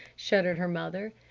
shuddered her mother.